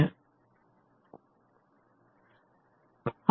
അതിനാൽ ഞാൻ അത് മായ്ക്കട്ടെ